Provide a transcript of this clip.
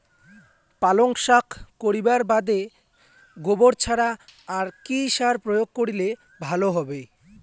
পালং শাক করিবার বাদে গোবর ছাড়া আর কি সার প্রয়োগ করিলে ভালো হবে?